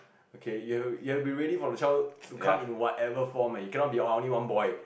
okay you have you have to be ready for the child to come in whatever form leh you cannot be oh I only want boy